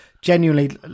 genuinely